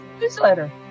newsletter